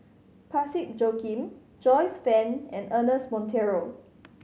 Parsick Joaquim Joyce Fan and Ernest Monteiro